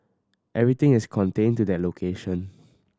everything is contained to that location